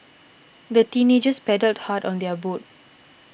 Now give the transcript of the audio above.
the teenagers paddled hard on their boat